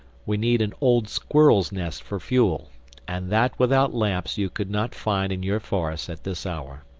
we need an old squirrel's nest for fuel and that without lamps you could not find in your forests at this hour.